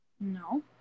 No